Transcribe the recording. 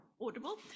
audible